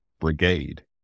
brigade